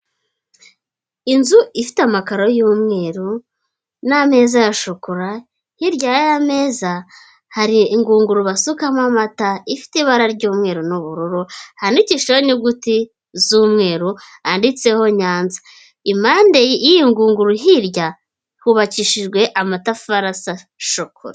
Inzu ifite amakararo y'umweru n'ameza ya shokora, hirya y'aya meza hari ingunguru basukamo amata ifite ibara ry'umweru n'ubururu handikishijeho inyuguti z'umweru yanditseho Nyanza, impande y'iyo ngunguru hirya hubakishijwe amatafari asa shokora.